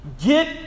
Get